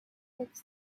fix